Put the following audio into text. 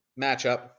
matchup